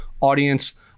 Audience